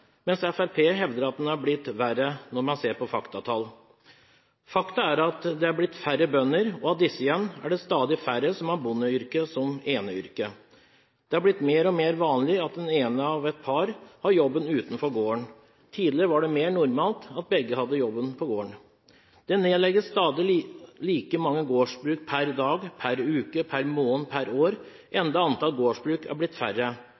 mens Fremskrittspartiet hevder at den – når man ser på faktatall – har blitt verre. Faktum er at det har blitt færre bønder, og av disse igjen er det stadig færre som har bondeyrket som eneyrke. Det har blitt mer og mer vanlig at den ene av et par har jobben utenfor gården. Tidligere var det mer normalt at begge hadde jobben på gården. Det nedlegges stadig like mange gårdsbruk per dag, per uke, per måned, per år, enda antallet gårdsbruk har blitt færre.